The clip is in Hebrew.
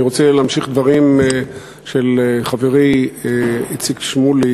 אני רוצה להמשיך את הדברים של חברי איציק שמולי,